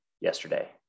yesterday